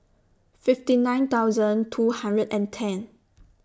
fifty nine thousand two hundred and ten